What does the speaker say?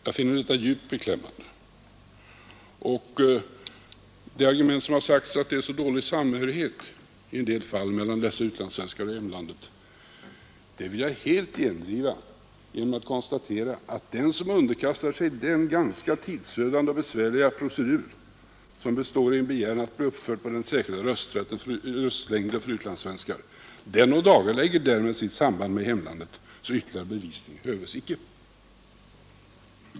Jag finner detta djupt beklämmande. Argumentet att det i en del fall är så dålig samhörighet mellan dessa svenskar och hemlandet vill jag helt gendriva genom att konstatera att den som underkastar sig den ganska tidsödande och besvärliga procedur som krävs för att man skall bli uppförd på den särskilda röstlängden för utlandssvenskar därmed ådagalägger sin samhörighet med hemlandet. Ytterligare bevisning höves icke.